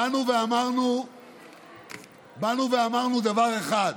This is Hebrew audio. באנו ואמרנו דבר אחד: